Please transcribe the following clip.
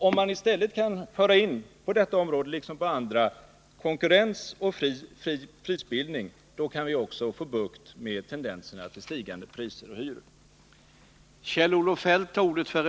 Om man i stället, på detta område liksom på andra, kan föra in konkurrens och fri prisbildning, kan vi också få bukt med tendenserna till stigande priser och hyror.